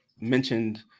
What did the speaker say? mentioned